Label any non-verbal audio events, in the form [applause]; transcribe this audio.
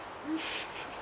[laughs]